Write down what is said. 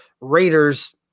Raiders